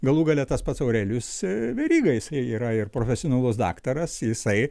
galų gale tas pats aurelijus veryga jisai yra ir profesionalus daktaras jisai